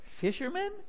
Fishermen